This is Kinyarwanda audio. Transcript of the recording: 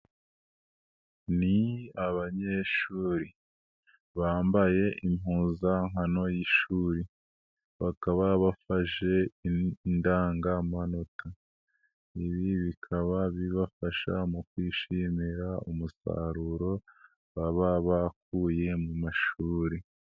Ni abanyeshuri bambaye impuzankano y'ishuri bakaba bafashe indangamanota, ibi bikaba bibafasha mu kwishimira umusaruro baba bakuye mu mashuri.